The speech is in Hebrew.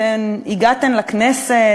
אתן הגעתן לכנסת,